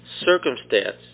circumstance